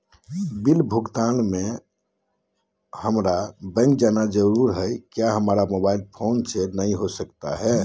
Bill भुगतान में हम्मारा बैंक जाना जरूर है क्या हमारा मोबाइल फोन से नहीं हो सकता है?